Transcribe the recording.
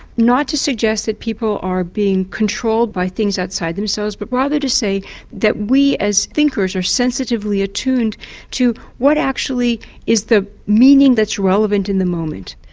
not to suggest that people are being controlled by things outside themselves, but rather to say that we as thinkers are sensitively attuned to what actually is the meaning that's relevant in the moment.